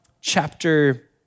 chapter